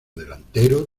delantero